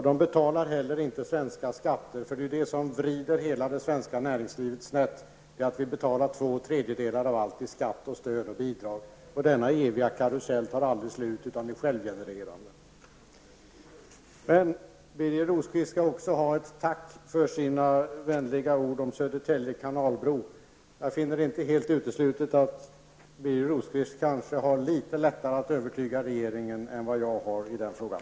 De betalar inte heller svenska skatter. Det är det som vrider hela det svenska näringslivet snett, dvs. att vi betalar två tredjedelar av allt i skatt, stöd och bidrag. Denna eviga karusell tar aldrig slut utan är självgenererande. Birger Rosqvist skall ha ett tack för sina vänliga ord om Södertälje kanalbro. Jag finner det inte helt uteslutet att Birger Rosqvist har det litet lättare att övertyga regeringen än vad jag har i den frågan.